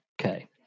Okay